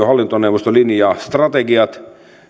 hallintoneuvosto linjaa strategiat